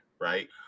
right